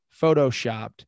photoshopped